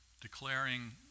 declaring